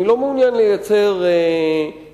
אני לא מעוניין לייצר ביגמיה.